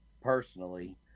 personally